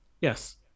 Yes